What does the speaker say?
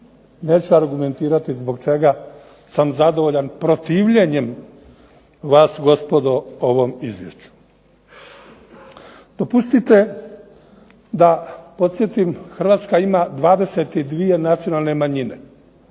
neću argumentirati zbog čega sam zadovoljan protivljenjem vas gospodo ovom izvješću. Dopustite da podsjetim, Hrvatska ima 22 nacionalne manjine.